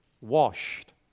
washed